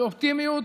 באופטימיות,